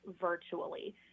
virtually